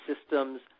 systems